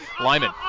Lyman